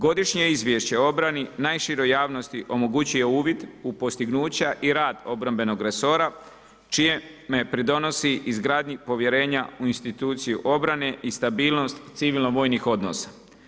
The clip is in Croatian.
Godišnje izvješće o obrani najširoj javnosti omogućuje uvid u postignuća i rad obrambenog resora čime pridonosi izgradnji povjerenja u instituciju obrane i stabilnost civilno-vojnih odnosa.